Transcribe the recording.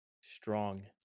strong